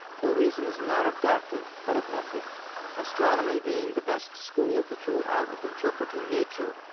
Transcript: for reasons not of doctrine but of method astronomy being the best school of the true art of interpreting nature,